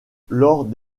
lors